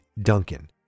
Duncan